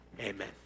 Amen